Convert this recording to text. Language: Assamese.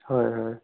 হয় হয়